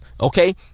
okay